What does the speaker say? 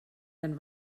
den